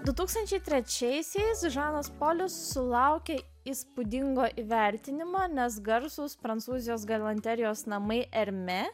du tūkstančiai trečiaisiais žanas polis sulaukė įspūdingo įvertinimo nes garsūs prancūzijos galanterijos namai erme